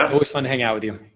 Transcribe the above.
um always fun to hang out with you.